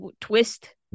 twist